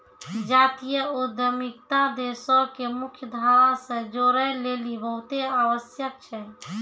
जातीय उद्यमिता देशो के मुख्य धारा से जोड़ै लेली बहुते आवश्यक छै